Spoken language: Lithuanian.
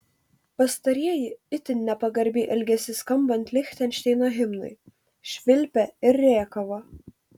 pastarieji itin nepagarbiai elgėsi skambant lichtenšteino himnui švilpė ir rėkavo